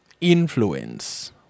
influence